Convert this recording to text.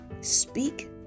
Speak